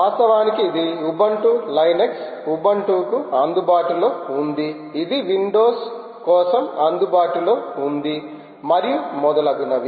వాస్తవానికి ఇది Ubuntu Linux ఉబుంటుకు అందుబాటులో ఉంది ఇది విండోస్ కోసం అందుబాటులో ఉంది మరియు మొదలగునవి